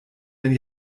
denn